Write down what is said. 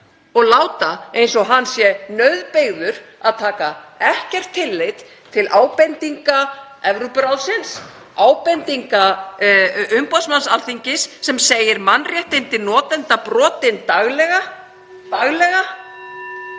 og láta eins og hann sé nauðbeygður til að taka ekkert tillit til ábendinga Evrópuráðsins og ábendinga umboðsmanns Alþingis sem segir mannréttindi notenda brotin daglega. (Forseti